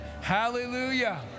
Hallelujah